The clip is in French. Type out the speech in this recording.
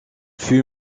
fut